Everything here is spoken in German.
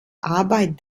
arbeit